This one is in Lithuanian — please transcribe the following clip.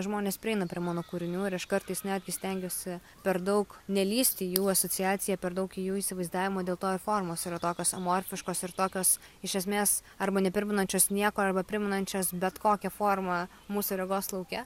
žmonės prieina prie mano kūrinių ir aš kartais netgi stengiuosi per daug nelįsti į jų asociaciją per daug į jų įsivaizdavimą dėl to ir formos yra tokios amorfiškos ir tokios iš esmės arba neprimenančios nieko arba primenančios bet kokią formą mūsų regos lauke